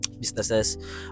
Businesses